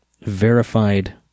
verified